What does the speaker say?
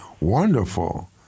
wonderful